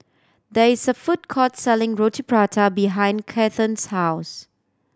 there is a food court selling Roti Prata behind Cathern's house